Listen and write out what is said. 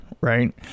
right